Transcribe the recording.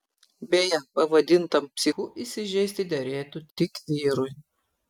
beje pavadintam psichu įsižeisti derėtų tik vyrui